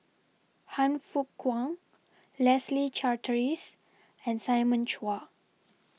Han Fook Kwang Leslie Charteris and Simon Chua